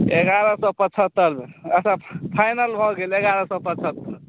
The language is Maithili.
एगारह सए पचहत्तरि अच्छा फाइनल भऽ गेल एगारह सए पचहत्तरि